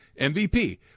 MVP